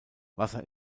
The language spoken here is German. wasser